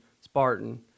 Spartan